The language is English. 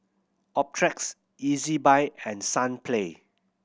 Optrex Ezbuy and Sunplay